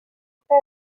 este